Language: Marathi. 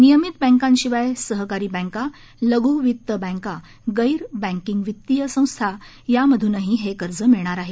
नियमित बँकांशिवाय सहकारी बँका लघू वित्त बँका गैर बँकिंग वित्तीय संस्था वगैरेंमधूनही हे कर्ज मिळणार आहे